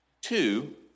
Two